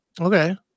Okay